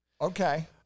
okay